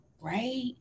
Right